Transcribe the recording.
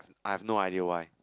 I have no idea why